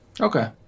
Okay